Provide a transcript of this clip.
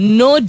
no